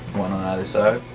one on either side.